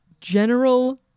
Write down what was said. general